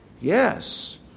Yes